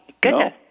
goodness